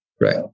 right